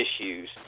issues